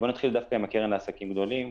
נתחיל דווקא עם הקרן לעסקים גדולים,